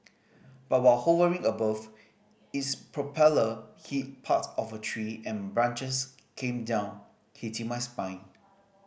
but while hovering above its propeller hit part of a tree and branches came down hitting my spine